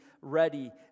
ready